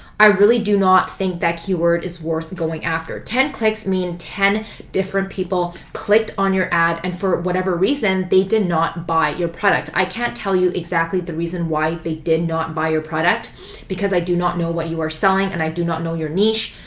i really do not think that keyword is worth going after. ten clicks meaning ten different people clicked on your ad and for whatever reason, they did not buy your product. i can't tell you exactly the reason why they did not buy your product because i do not know what you are selling and i do not know your niche,